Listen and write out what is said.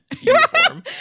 uniform